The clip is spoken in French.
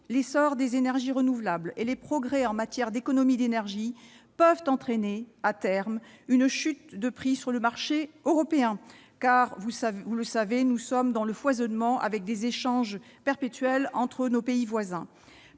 l'essor des énergies renouvelables et les progrès en matière d'économies d'énergie peuvent entraîner à terme une chute des prix sur le marché européen, car, vous le savez, nous sommes dans le foisonnement, avec des échanges perpétuels avec nos pays voisins.